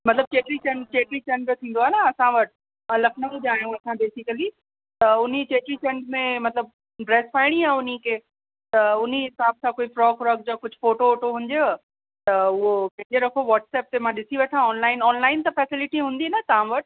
मतिलबु चेटीचंडु चेटीचंडु थींदो आहे न असां वटि त लखनऊ जा आहियूं असां बेसिकली त उन्हीअ चेटीचंड में मतिलबु ड्रेस पाइणी आहे उन्हीअ खे त उन्हीअ हिसाब सां कोई फ्रॉक व्रोक जा कुझु फोटो वोटो हुजेव त उहो खिचे रखो वॉट्सएप ते मां डिसी वठां ऑनलाइन ऑनलाइन त फैसिलीटी हूंदी न तव्हां वटि